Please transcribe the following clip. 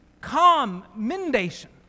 Commendation